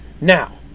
Now